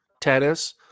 tennis